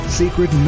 secret